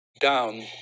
down